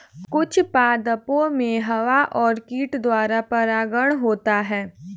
कुछ पादपो मे हवा और कीट द्वारा परागण होता है